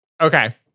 Okay